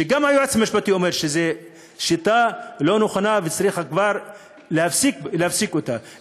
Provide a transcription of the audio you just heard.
וגם היועץ המשפטי אומר שזו שיטה לא נכונה וצריך כבר להפסיק אותה,